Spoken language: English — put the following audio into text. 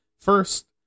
First